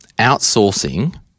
outsourcing